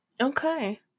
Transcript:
Okay